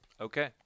Okay